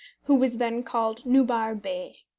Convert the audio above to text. who was then called nubar bey.